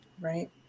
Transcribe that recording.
Right